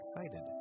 excited